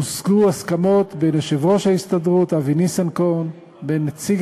הושגו הסכמות בין יושב-ראש ההסתדרות אבי ניסנקורן לבין נציג